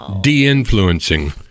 de-influencing